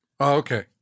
Okay